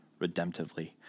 redemptively